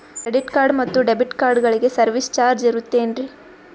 Credit card ಮತ್ತು debit ಕಾರ್ಡಗಳಿಗೆ service charge ಇರುತೇನ್ರಿ?